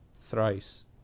thrice